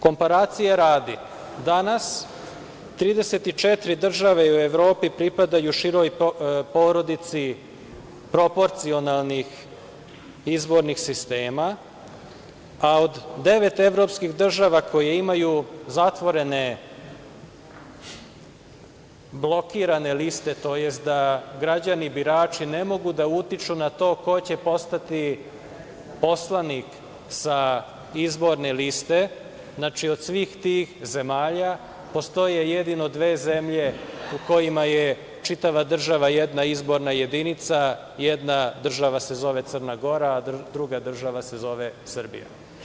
Komparacije radi, danas 34 države u Evropi pripadaju široj porodici proporcionalnih izbornih sistema, a od devet evropskih država koje imaju zatvorene blokirane liste, tj. da građani birači ne mogu da utiču na to ko će postati poslanik sa izborne liste, znači, od svih tih zemalja, postoje jedino dve zemlje u kojima je čitava država jedna izborna jedinica, jedna država se zove Crna Gora, a druga država se zove Srbija.